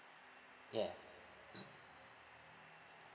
yeah